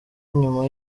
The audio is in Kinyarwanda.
nyuma